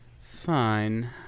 Fine